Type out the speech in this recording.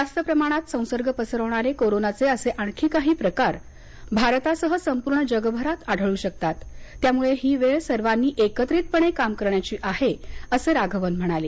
जास्त प्रमाणात संसर्ग पसरवणारे कोरोनाचे असे आणखी काही प्रकार भारतासह संपूर्ण जगभरात आढळू शकतात त्यामुळे ही वेळ सर्वांनी एकत्रितपणे काम करण्याची आहे असं राघवन म्हणाले